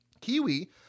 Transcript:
Kiwi